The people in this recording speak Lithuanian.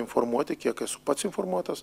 informuoti kiek esu pats informuotas